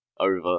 over